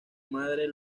madre